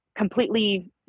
completely